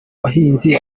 bahinzi